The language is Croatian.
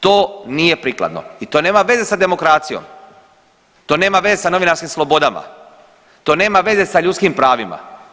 To nije prikladno i to nema veze sa demokracijom, to nema veze sa novinarskim slobodama, to nema veze sa ljudskim pravima.